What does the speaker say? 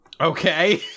okay